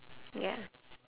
ya